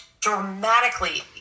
dramatically